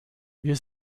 wir